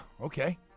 Okay